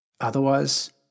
Otherwise